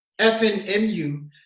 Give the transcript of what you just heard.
fnmu